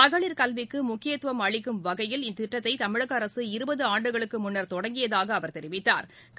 மகளிர் கல்விக்கு முக்கியத்துவம் அளிக்கும் வகையில் இத்திட்டத்தை தமிழக அரசு இருபது ஆண்டுகளுக்கு முன்னா் தொடங்கியதாக அவா் தெரிவித்தாா்